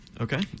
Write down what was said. Okay